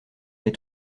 les